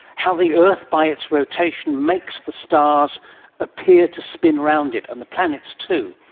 how the earth by its rotation makes the stars appear to spin round it, and the planets too.